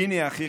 פיני אחיך,